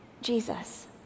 Jesus